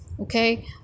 Okay